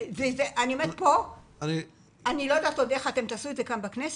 אני לא יודעת איך תעשו את זה פה בכנסת,